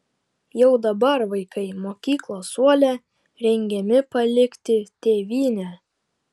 jau dabar vaikai mokyklos suole rengiami palikti tėvynę